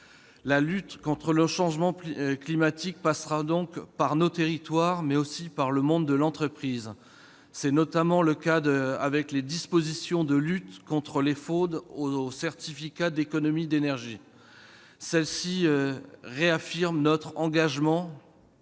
La lutte contre le changement climatique passera par nos territoires, mais aussi par le monde de l'entreprise. C'est notamment le cas pour les dispositions de lutte contre la fraude aux certificats d'économies d'énergie. Elles réaffirment notre engagement